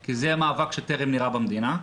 כי זה יהיה מאבק שטרם נראה במדינה,